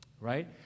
Right